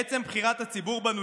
מעצם בחירת הציבור בנו,